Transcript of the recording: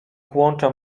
kłącza